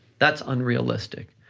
that's unrealistic,